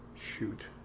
Shoot